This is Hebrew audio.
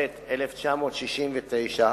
התשכ"ט 1969,